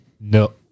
No